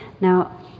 Now